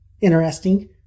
interesting